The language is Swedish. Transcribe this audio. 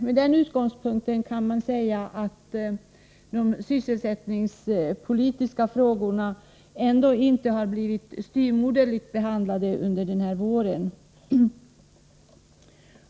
Med den utgångspunkten kan man inte säga att de sysselsättningspolitiska frågorna blivit styvmoderligt behandlade under denna vår.